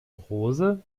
rose